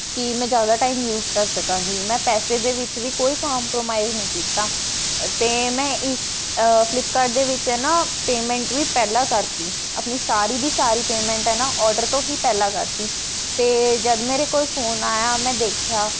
ਕਿ ਮੈਂ ਜ਼ਿਆਦਾ ਟਾਈਮ ਯੂਜ਼ ਕਰ ਸਕਾਂਗੀ ਮੈਂ ਪੈਸੇ ਦੇ ਵਿੱਚ ਵੀ ਕੋਈ ਕੰਪਰੋਮਾਈਜ਼ ਨਹੀਂ ਕੀਤਾ ਅਤੇ ਮੈਂ ਇਸ ਫਲਿੱਪਕਾਰਟ ਦੇ ਵਿੱਚ ਹੈ ਨਾ ਪੇਮੈਂਟ ਵੀ ਪਹਿਲਾਂ ਕਰਤੀ ਆਪਣੀ ਸਾਰੀ ਦੀ ਸਾਰੀ ਪੇਮੈਂਟ ਹੈ ਨਾ ਓਡਰ ਤੋਂ ਹੀ ਪਹਿਲਾਂ ਕਰਤੀ ਅਤੇ ਜਦ ਮੇਰੇ ਕੋਲ਼ ਫੋਨ ਆਇਆ ਮੈਂ ਦੇਖਿਆ